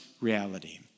reality